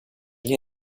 nie